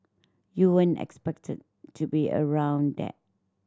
you weren't expected to be around that